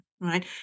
right